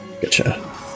Gotcha